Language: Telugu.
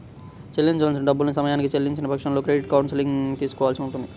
చెల్లించాల్సిన డబ్బుల్ని సమయానికి చెల్లించని పక్షంలో క్రెడిట్ కౌన్సిలింగ్ తీసుకోవాల్సి ఉంటది